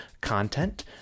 content